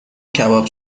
کباب